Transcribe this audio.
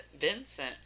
Vincent